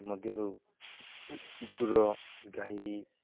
ମଧ୍ୟରୁ କୁକୁର ଗାଈ